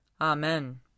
Amen